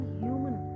human